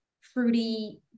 fruity